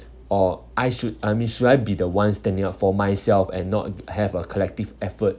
or I should I mean should I be the one standing up for myself and not have a collective effort